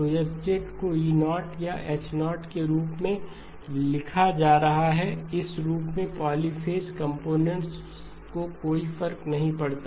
तो H को E0 या H0 के रूप में लिखा जा रहा है इस रूप के पॉलीपेज़ कंपोनेंट्स को कोई फर्क नहीं पड़ता